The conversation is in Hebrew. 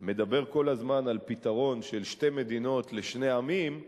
מדבר כל הזמן על פתרון של שתי מדינות לשני עמים,